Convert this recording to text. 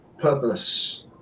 purpose